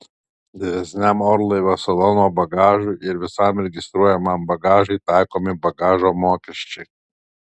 didesniam orlaivio salono bagažui ir visam registruotajam bagažui taikomi bagažo mokesčiai